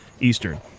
Eastern